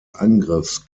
angriffs